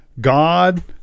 God